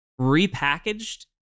repackaged